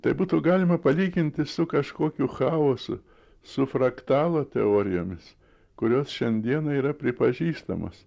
tai būtų galima palyginti su kažkokiu chaosu su fraktalo teorijomis kurios šiandieną yra pripažįstamos